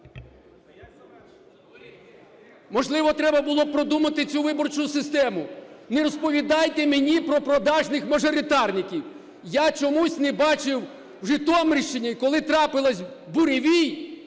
Можливо, треба було б продумати цю виборчу систему. Не розповідайте мені про продажних мажоритарників. Я чомусь не бачив на Житомирщині, коли трапився буревій: